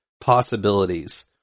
possibilities